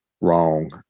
wrong